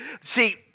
See